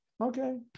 Okay